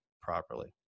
properly